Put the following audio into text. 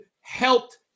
helped